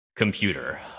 Computer